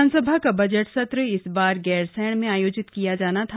विधानसभा का बजट सत्र इस बार गैरसैंण में आयोजित किया जाना था